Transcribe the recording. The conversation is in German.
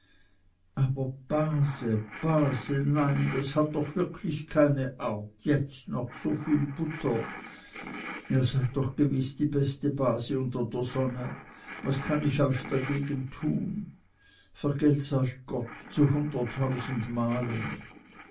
nein das hat doch wirklich keine art jetzt noch so viel butter ihr seid doch gewiß die beste base unter der sonne was kann ich euch dagegen tun vergelts euch gott zu hunderttausend malen